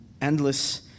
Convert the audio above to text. endless